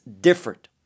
different